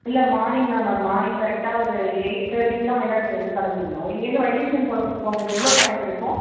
இல்லை மார்னிங் தான் ma'am morning கரெக்டாக ஒரு எயிட் தேர்ட்டிக்குலாம் ஒரு மயிலாடுதுறைலருந்து கிளம்பிட்ணும் இங்கேருந்து வைத்தீஸ்வரன் போக எவ்வளோ டைம் எடுக்கும்